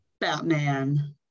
Batman